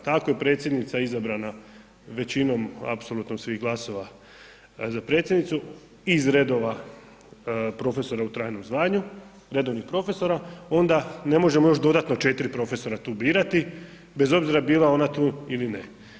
Ako je predsjednica izabrana većinom apsolutno svih glasova za predsjednicu iz redova profesora u trajnom zvanju, redovnih profesora, onda ne možemo još dodatno 4 profesora tu birati, bez obzira bila ona tu ili ne.